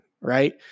right